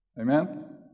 amen